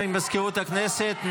ממזכירות הכנסת,